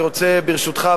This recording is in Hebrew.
ברשותך,